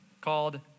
called